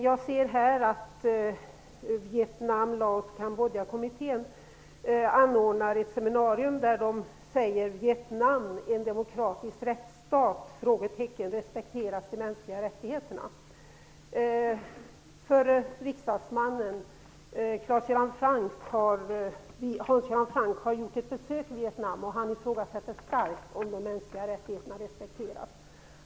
Jag har sett att Vietnam-Laos-Kambodjakommittén anordnar ett seminarium, där man säger: Vietnam - en demokratisk rättsstat? Respekteras de mänskliga rättigheterna? Förre riksdagsmannen Hans Göran Franck har gjort ett besök i Vietnam, och han ifrågasätter starkt om de mänskliga rättigheterna respekteras.